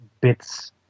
bits